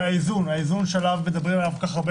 והאיזון המדובר כל כך,